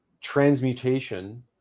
Transmutation